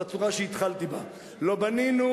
בצורה שהתחלתי בה: לא בנינו,